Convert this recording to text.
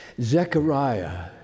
Zechariah